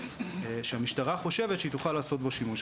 אצבע שהמשטרה חושבת שהיא תוכל לעשות בו שימוש.